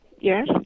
Yes